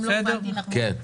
אם לא הובנתי נכון.